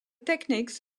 techniques